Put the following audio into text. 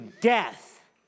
death